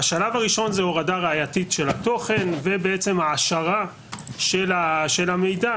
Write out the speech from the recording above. השלב הראשון זה הורדה ראייתית של התוכן והעשרה של המידע.